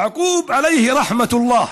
יעקוב, עליה רחמת אללה,